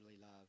love